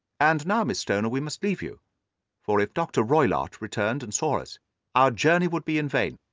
and now, miss stoner, we must leave you for if dr. roylott returned and saw us our journey would be in vain.